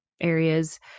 areas